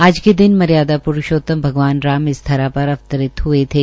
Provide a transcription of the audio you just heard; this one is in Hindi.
आज के दिन मर्यादा प्रूषोतम भगवान राम इस धरा पर अवतरित हये थे